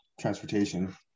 transportation